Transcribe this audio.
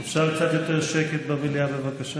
ולסכנות, אפשר קצת יותר שקט במליאה, בבקשה?